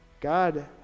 God